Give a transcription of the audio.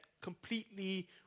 completely